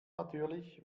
natürlich